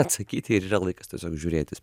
atsakyti ir yra laikas tiesiog žiūrėti